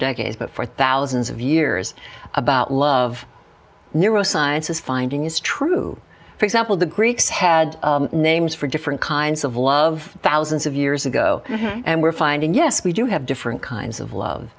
decades but for thousands of years about love neuroscience is finding is true for example the greeks had names for different kinds of love thousands of years ago and we're finding yes we do have different kinds of love